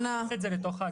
נכניס את זה לתוך ההגדרה.